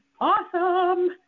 awesome